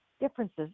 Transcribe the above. differences